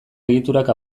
egiturak